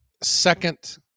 second